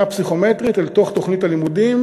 הפסיכומטרית אל תוך תוכנית הלימודים,